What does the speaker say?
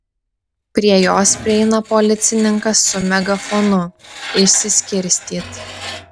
prie jos prieina policininkas su megafonu išsiskirstyt